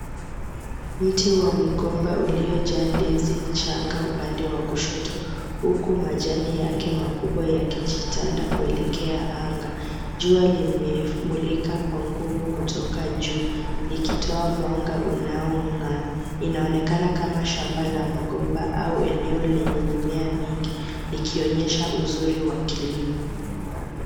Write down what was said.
Mti wa mgomba ulijaa ndizi changa upande wa kushoto, huku majani yake makubwa yakijitanda kuelekea anga. Jua limemulika kwa nguvu kutoka juu likitoa mwanga unaong'aa. Inaonekana kama shamba la mgomba au eneo lenye mimea mingi; likionyesha uzuri wa kilimo.